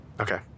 Okay